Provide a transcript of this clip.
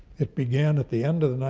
it began at the end of the,